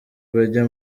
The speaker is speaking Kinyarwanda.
bajya